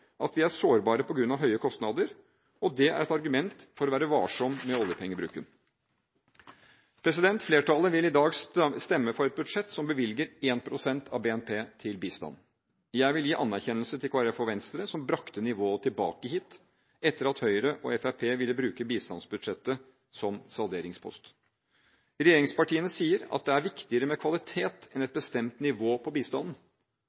at vi er sårbare på grunn av høye kostnader. Det er et argument for å være varsom med oljepengebruken. Flertallet vil i dag stemme for et budsjett som bevilger 1 pst. av BNP til bistand. Jeg vil gi anerkjennelse til Kristelig Folkeparti og Venstre som brakte nivået tilbake hit, etter at Høyre og Fremskrittspartiet ville bruke bistandsbudsjettet som salderingspost. Regjeringspartiene sier at det er viktigere med kvalitet enn et bestemt nivå på bistanden.